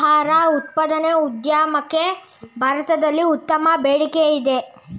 ಆಹಾರ ಉತ್ಪಾದನೆ ಉದ್ಯಮಕ್ಕೆ ಭಾರತದಲ್ಲಿ ಉತ್ತಮ ಬೇಡಿಕೆಯಿದೆ